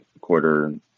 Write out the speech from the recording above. quarter